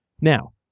Now